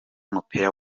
w’umupira